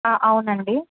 అవునండీ